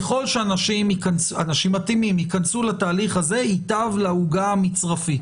ככל שאנשים מתאימים ייכנסו לתהליך הזה ייטב לעוגה המצרפית.